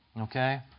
okay